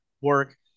work